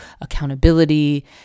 accountability